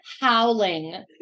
howling